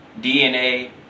DNA